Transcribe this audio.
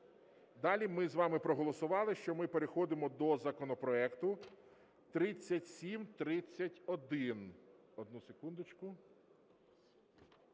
Далі, ми з вами проголосували, що ми переходимо до законопроекту 3731, одну секундочку.